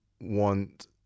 want